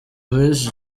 miss